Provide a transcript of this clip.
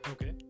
Okay